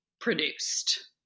produced